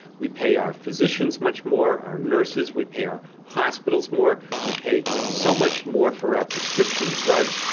we pay our physicians much more, our nurses, we pay our hospitals more, we pay so much more for our prescription drugs,